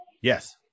Yes